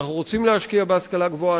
אנחנו רוצים להשקיע בהשכלה הגבוהה,